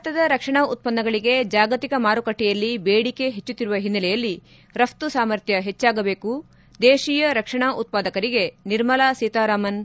ಭಾರತದ ರಕ್ಷಣಾ ಉತ್ತನ್ನಗಳಿಗೆ ಜಾಗತಿಕ ಮಾರುಕಟ್ಲೆಯಲ್ಲಿ ದೇಡಿಕೆ ಹೆಚ್ಚುತ್ತಿರುವ ಹಿನೈಲೆಯಲ್ಲಿ ರಫು ಸಾಮರ್ಥ್ನ ಹೆಚ್ಚಾಗಬೇಕು ದೇಶೀಯ ರಕ್ಷಣಾ ಉತ್ಪಾದಕರಿಗೆ ನಿರ್ಮಲಾ ಸೀತಾ ರಾಮನ್ ಕರೆ